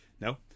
No